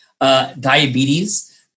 Diabetes